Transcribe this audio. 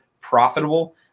profitable